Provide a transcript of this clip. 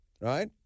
right